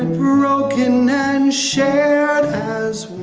and broken and shared as